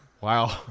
Wow